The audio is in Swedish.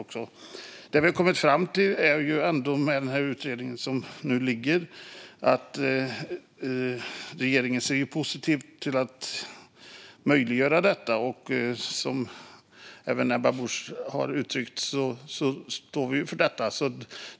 Det som vi har kommit fram till genom utredningen är att regeringen är positiv till att möjliggöra detta. Som även Ebba Busch har uttryckt står vi för det.